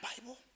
Bible